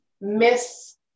miss